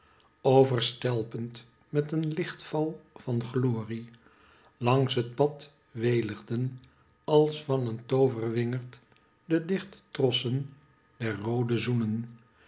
overstelpend met een uchtval van glorie langs het pad wehgden als van een tooverwingerd de dichte trossen der roode zoenen